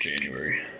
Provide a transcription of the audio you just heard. January